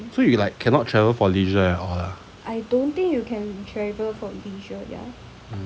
so you like cannot travel for leisure at all lah